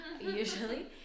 usually